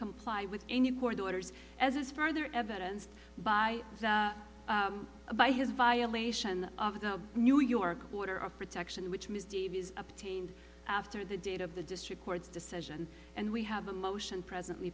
comply with any court orders as is further evidence by the by his violation of the new york order of protection which ms davies obtained after the date of the district court's decision and we have a motion presently